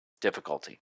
Difficulty